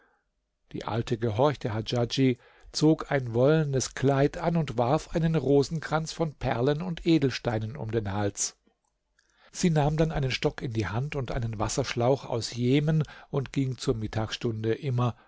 die alte gehorchte hadjadj zog ein wollenes kleid an und warf einen rosenkranz von perlen und edelsteinen um den hals sie nahm dann einen stock in die hand und einen wasserschlauch aus jemen und ging zur mittagsstunde immer